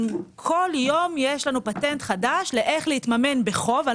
כל יום יש לנו פטנט חדש איך להתממן בחוב אני